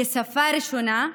כשפה ראשונה,